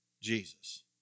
Jesus